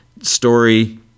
Story